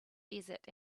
desert